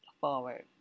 forward